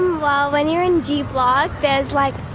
well, when you're in g block, there's, like,